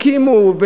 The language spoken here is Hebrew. הקימו,